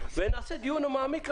ונעשה דיון מעמיק,